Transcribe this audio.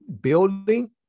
building